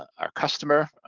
our customer,